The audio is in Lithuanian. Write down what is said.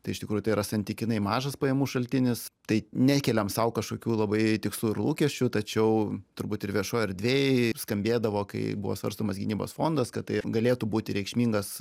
tai iš tikrųjų tai yra santykinai mažas pajamų šaltinis tai nekeliam sau kažkokių labai tikslų ir lūkesčių tačiau turbūt ir viešoj erdvėj skambėdavo kai buvo svarstomas gynybos fondas kad tai ir galėtų būti reikšmingas